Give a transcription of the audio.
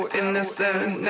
innocent